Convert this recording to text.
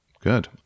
good